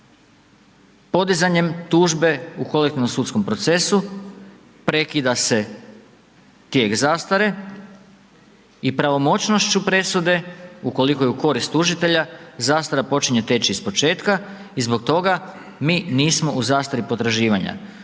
podizanjem tužbe u kolektivnom sudskom procesu, prekida se tijek zastare i pravomoćnošću presude, ukoliko je u korist tužitelja, zastara počinje teći iz početka i zbog toga mi nismo u zastari potraživanja.